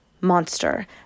monster